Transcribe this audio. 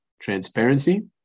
transparency